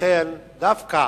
לכן, דווקא